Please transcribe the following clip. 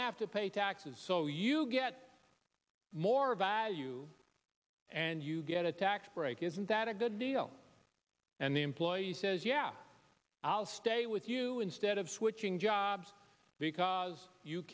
have to pay taxes so you get more vile you and you get a tax break isn't that a good deal and the employer says yeah i'll stay with you instead of switching jobs because you